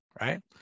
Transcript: right